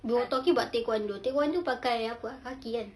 they were talking about taekwondo taekwondo pakai apa ah kaki kan